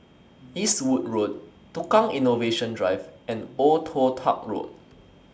Eastwood Road Tukang Innovation Drive and Old Toh Tuck Road